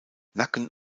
nacken